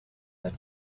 that